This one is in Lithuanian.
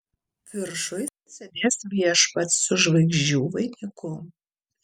viršuj sėdės viešpats su žvaigždžių vainiku